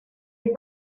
des